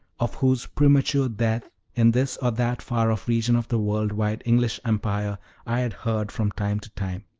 of whose premature death in this or that far-off region of the world-wide english empire i had heard from time to time.